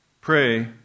pray